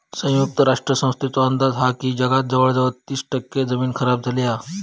संयुक्त राष्ट्र संस्थेचो अंदाज हा की जगात जवळजवळ तीस टक्के जमीन खराब झाली हा